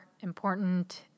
important